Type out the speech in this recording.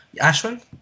Ashwin